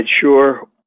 sure